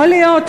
יכול להיות,